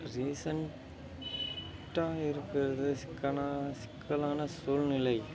ரீசண்ட்டாக இருக்கிறது சிக்கலா சிக்கலான சூழ்நிலை